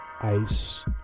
ice